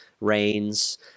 rains